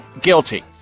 guilty